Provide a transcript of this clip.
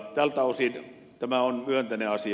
tältä osin tämä on myönteinen asia